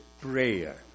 prayer